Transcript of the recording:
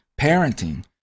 parenting